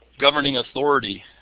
governing authority.